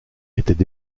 étaient